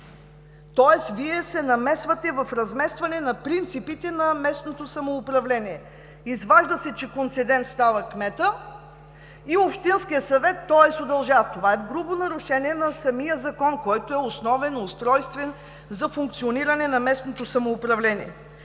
кмета? Вие се намесвате в разместване на принципите на местното самоуправление. Изважда се, че концедент става кметът и общинският съвет. Това е грубо нарушение на самия устройствен закон, който е основен за функциониране на местното самоуправление.